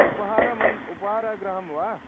उपहारम् उपहारगृहं वा